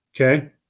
Okay